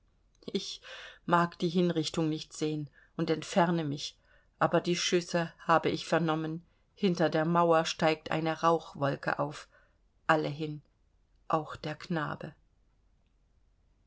ich mag die hinrichtung nicht sehen und entferne mich aber die schüsse habe ich vernommen hinter der mauer steigt eine rauchwolke auf alle hin auch der knabe